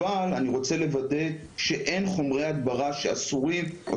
אבל אני רוצה לוודא שאין חומרי הדברה שאסורים או